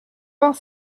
vingt